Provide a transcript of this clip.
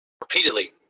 repeatedly